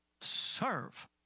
serve